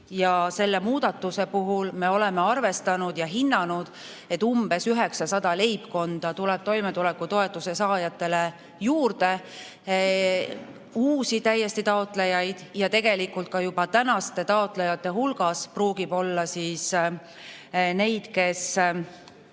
jõustada 1. juulist. Oleme arvestanud ja hinnanud, et umbes 900 leibkonda tuleb toimetulekutoetuse saajatele juurde uusi taotlejaid ja tegelikult ka tänaste taotlejate hulgas pruugib olla neid, kes